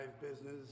business